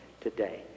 today